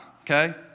okay